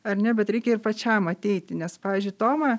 ar ne bet reikia ir pačiam ateiti nes pavyzdžiui tomą